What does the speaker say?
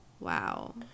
wow